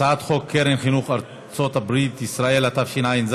הצעת חוק קרן חינוך ארצות הברית ישראל, התשע"ז